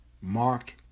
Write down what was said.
Mark